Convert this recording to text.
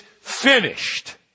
finished